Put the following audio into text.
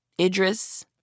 Idris